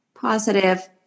positive